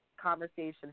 conversation